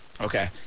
Okay